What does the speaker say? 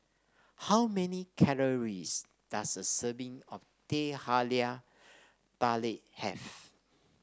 how many calories does a serving of Teh Halia Tarik have